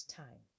time